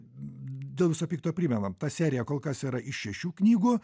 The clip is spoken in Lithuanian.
dėl viso pikto primenam ta serija kol kas yra iš šešių knygų